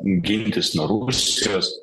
gintis nuo rusijos